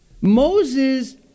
Moses